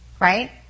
right